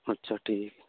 ਅੱਛਾ ਠੀਕ